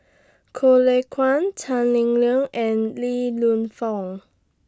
Lay Kuan Tan Lim Leng and Li Fung